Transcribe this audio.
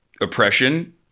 oppression